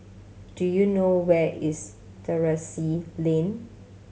do you know where is Terrasse Lane